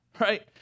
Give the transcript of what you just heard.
right